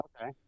Okay